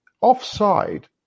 offside